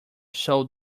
sold